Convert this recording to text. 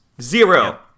Zero